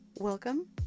Welcome